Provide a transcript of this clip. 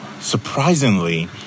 surprisingly